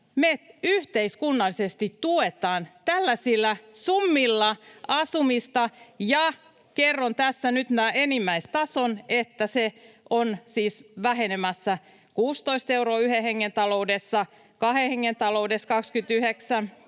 me yhteiskunnallisesti tuetaan tällaisilla summilla asumista. Ja kerron tässä nyt sen enimmäistason, että se on siis vähenemässä yhden hengen taloudessa 16 euroa, kahden hengen taloudessa 29,